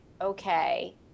okay